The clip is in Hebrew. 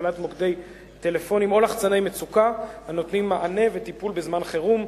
הפעלת מוקדי טלפונים או לחצני מצוקה הנותנים מענה וטיפול בזמן חירום,